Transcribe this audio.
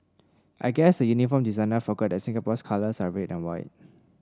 I guess the uniform designer forgot that Singapore's colours are red and white